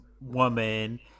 woman